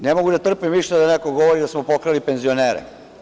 Ne mogu da trpim više da neko govori da smo pokrali penzionere.